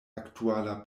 aktuala